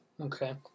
Okay